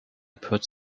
puts